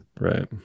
right